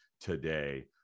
today